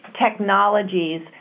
technologies